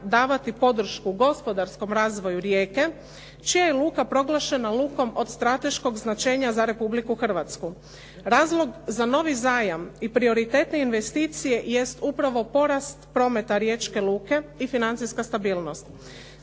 davati podršku gospodarskom razvoju Rijeke čija je luka proglašena lukom od strateškog značenja za Republiku Hrvatsku. Razlog za novi zajam i prioritetne investicije jest upravo porast prometa Riječke luke i financijska stabilnost.